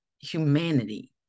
humanity